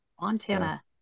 Montana